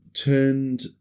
Turned